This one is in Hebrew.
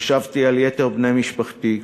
חשבתי על יתר בני משפחתי.